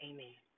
Amen